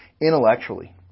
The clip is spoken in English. intellectually